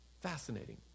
Fascinating